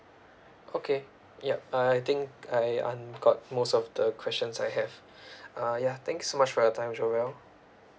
okay yup I think I un~ got most of the questions I have uh ya thank so much for your time joel